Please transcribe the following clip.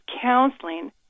counseling